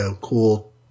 cool